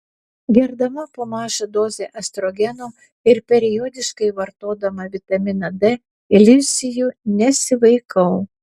gerdama po mažą dozę estrogeno ir periodiškai vartodama vitaminą d iliuzijų nesivaikau